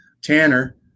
Tanner